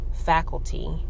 faculty